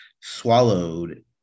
Swallowed